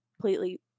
completely